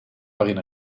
waarin